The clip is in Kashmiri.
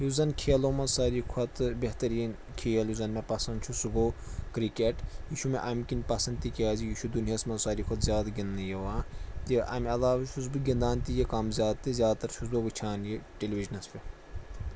یُس زَن کھیلو منٛز ساروی کھۄتہٕ بہتریٖن کھیل یُس زَن مےٚ پسنٛد چھُ سُہ گوٚو کِرکٮ۪ٹ یہِ چھُ مےٚ اَمہِ کِنۍ پَسنٛد تِکیٛازِ یہِ چھُ دُنیاہَس منٛز ساروی کھۄتہٕ زیادٕ گِنٛدنہٕ یِوان تہٕ اَمہِ علاوٕے چھُس بہٕ گِنٛدان تہِ یہِ کَم زیادٕ تہِ زیادٕ تَر چھُس بہٕ وٕچھان یہِ ٹیلے وِجنَس پٮ۪ٹھ